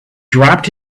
dropped